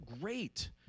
great